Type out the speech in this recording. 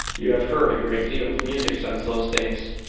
you have heard a great deal of music since those days.